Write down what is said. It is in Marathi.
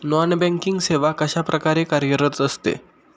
नॉन बँकिंग सेवा कशाप्रकारे कार्यरत असते?